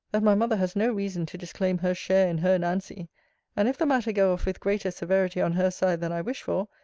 that my mother has no reason to disclaim her share in her nancy and if the matter go off with greater severity on her side than i wish for,